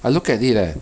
I looked at it eh